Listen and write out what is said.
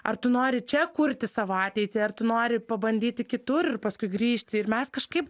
ar tu nori čia kurti savo ateitį ar tu nori pabandyti kitur ir paskui grįžti ir mes kažkaip